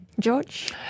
George